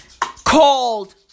Called